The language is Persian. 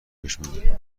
بشمری